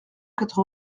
quatre